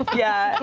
yeah, and